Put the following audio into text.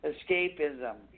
Escapism